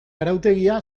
arautegia